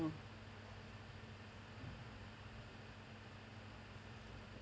mm